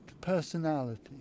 personality